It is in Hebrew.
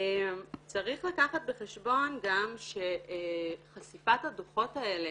צריך לקחת בחשבון גם שחשיפת הדוחות האלה,